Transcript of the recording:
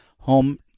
Home